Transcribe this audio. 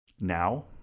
now